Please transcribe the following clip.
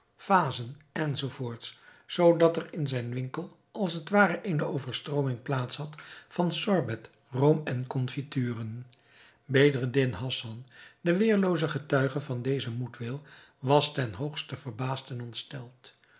vazen enz zoodat er in zijn winkel als het ware eene overstrooming plaats had van sorbet room en konfituren bedreddin hassan de weerlooze getuige van dezen moedwil was ten hoogste verbaasd en ontsteld